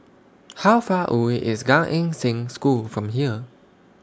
How Far away IS Gan Eng Seng School from here